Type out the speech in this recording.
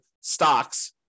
stocks